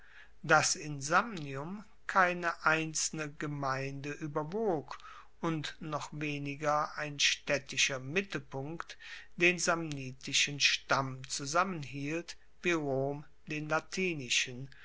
dass in samnium keine einzelne gemeinde ueberwog und noch weniger ein staedtischer mittelpunkt den samnitischen stamm zusammenhielt wie rom den latinischen